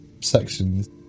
sections